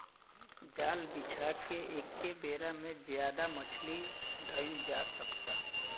जाल बिछा के एके बेरा में ज्यादे मछली धईल जा सकता